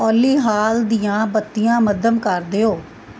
ਓਲੀ ਹਾਲ ਦੀਆਂ ਬੱਤੀਆਂ ਮੱਧਮ ਕਰ ਦਿਓ